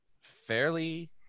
fairly